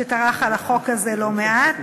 שטרח על החוק הזה לא מעט,